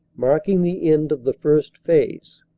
marking the end of the first phase.